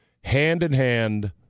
Hand-in-hand